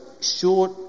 short